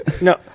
No